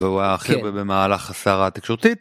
והוא עלה הכי רבה במהלך הסערה התקשורתית.